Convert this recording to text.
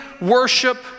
worship